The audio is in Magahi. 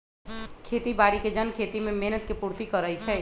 खेती बाड़ी के जन खेती में मेहनत के पूर्ति करइ छइ